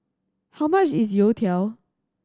how much is Youtiao